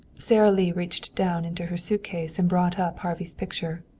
sara lee reached down into her suitcase and brought up harvey's picture.